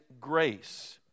grace